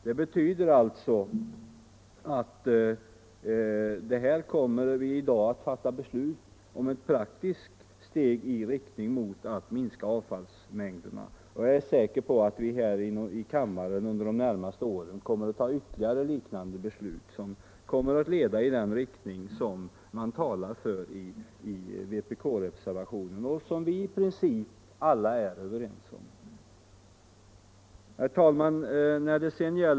Vi kommer alltså i dag att fatta beslut om ett praktiskt steg i riktning mot minskning av avfallsmängderna. Jag är säker på att vi här i kammaren under de närmaste åren kommer att ta ytterligare liknande beslut, som leder i den riktning som man talar för i vpk-reservationen och som vi i princip alla är överens om. Herr talman!